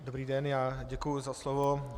Dobrý den, děkuji za slovo.